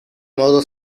modo